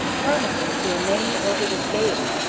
promising to remain over this gaiety,